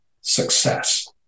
success